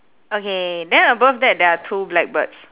okay then above that there are two black birds